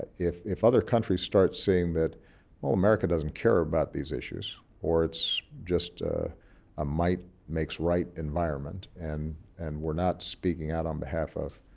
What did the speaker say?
if if other countries start seeing that oh, america doesn't care about these issues or it's just a might makes right environment, and and we're not speaking out on behalf of